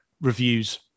reviews